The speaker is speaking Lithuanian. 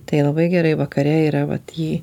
tai labai gerai vakare yra vat jį